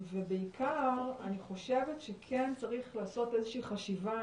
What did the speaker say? בעיקר אני חושבת שכן צריך לעשות איזה שהיא חשיבה